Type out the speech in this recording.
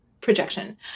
projection